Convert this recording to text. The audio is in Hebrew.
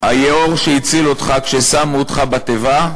היאור שהציל אותך כששמו אותך בתיבה,